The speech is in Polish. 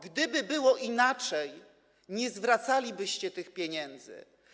Gdyby było inaczej, nie zwracalibyście tych pieniędzy.